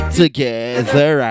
together